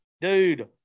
dude –